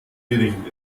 gering